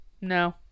no